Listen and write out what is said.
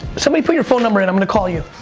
somebody put your phone number in, i'm gonna call you.